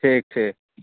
ठीक ठीक